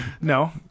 no